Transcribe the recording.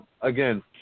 again